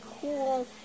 cool